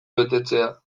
betetzea